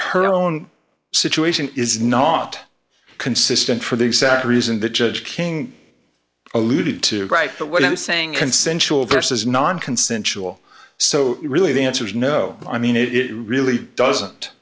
her own situation is not consistent for the exact reason the judge king alluded to write that what i'm saying consensual versus nonconsensual so really the answer is no i mean it really doesn't